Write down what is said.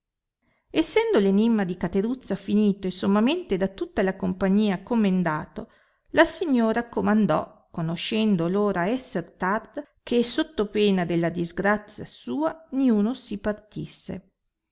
essendo enimma di cateruzza finito e sommamente da tutta la compagnia commendato la signora comandò conoscendo ora esser tarda che sotto pena della disgrazia sua niuno si partisse